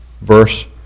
verse